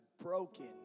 broken